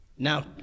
Now